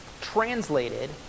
translated